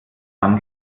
dann